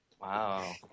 Wow